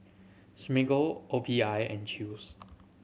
Smiggle O P I and Chew's